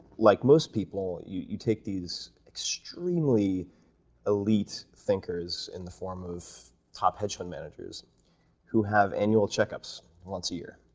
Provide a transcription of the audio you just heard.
like most people, you you take these extremely elite thinkers in the form of top hedge fund managers who have annual checkups once a year,